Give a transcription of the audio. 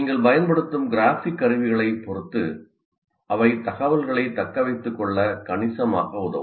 நீங்கள் பயன்படுத்தும் கிராஃபிக் கருவிகளைப் பொறுத்து அவை தகவல்களைத் தக்கவைத்துக்கொள்ள கணிசமாக உதவும்